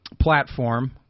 platform